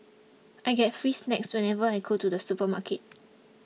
I get free snacks whenever I go to the supermarket